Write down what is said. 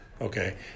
Okay